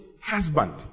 husband